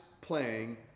playing